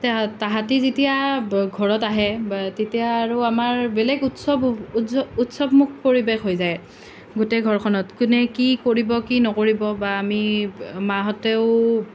তাহাঁতি যেতিয়া ঘৰত আহে বা তেতিয়া আৰু আমাৰ বেলেগ উৎসৱ উৎসৱমুখৰ পৰিৱেশ হৈ যায় গোটেই ঘৰখনত কোনে কি কৰিব কি নকৰিব বা আমি মাহঁতেও